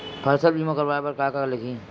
फसल बीमा करवाय बर का का लगही?